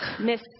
miss